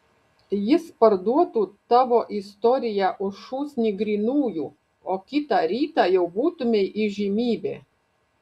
jis parduotų tavo istoriją už šūsnį grynųjų o kitą rytą jau būtumei įžymybė